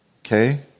okay